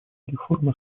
реформа